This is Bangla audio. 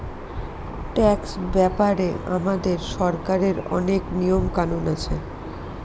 ট্যাক্স ব্যাপারে আমাদের সরকারের অনেক নিয়ম কানুন আছে